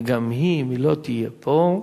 וגם היא, אם היא לא תהיה פה,